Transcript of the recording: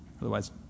Otherwise